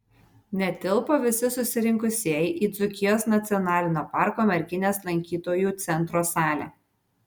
netilpo visi susirinkusieji į dzūkijos nacionalinio parko merkinės lankytojų centro salę